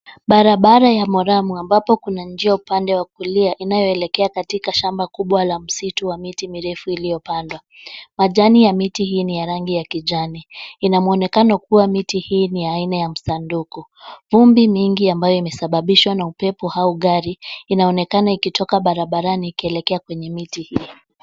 Barabara ya maramu ambapo kuna njia upande wa kulia inayoelekea katika shamba kubwa la msitu wa miti mirefu iliyopandwa. Majani ya miti hii ni ya rangi ya kijani. Ina muonekano kuwa miti hii ni ya aina ya msanduku. Vumbi mingi ambayo imesababishwa na upepo au gari inaonekana barabarani ikielekea kwenye miti hii.